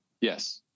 Yes